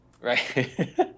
Right